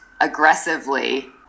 aggressively